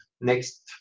next